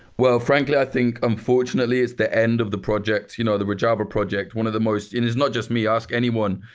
well frankly i think unfortunately, it's the end of the project. you know, the rojava project. one of the most. and it's not just me, ask anyone.